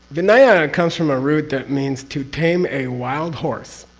vinaya comes from a root that means to tame a wild horse.